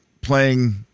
playing